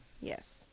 Yes